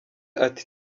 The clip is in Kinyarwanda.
ati